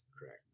correct